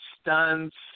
stunts